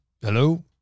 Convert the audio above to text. hello